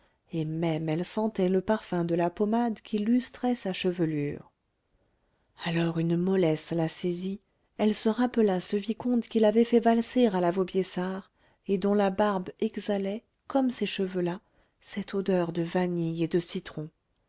et même elle sentait le parfum de la pommade qui lustrait sa chevelure alors une mollesse la saisit elle se rappela ce vicomte qui l'avait fait valser à la vaubyessard et dont la barbe exhalait comme ces cheveux là cette odeur de vanille et de citron